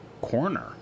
corner